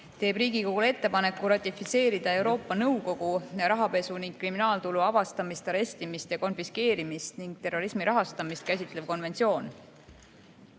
teeb Riigikogule ettepaneku ratifitseerida Euroopa Nõukogu rahapesu ning kriminaaltulu avastamist, arestimist ja konfiskeerimist ning terrorismi rahastamist käsitlev konventsioon.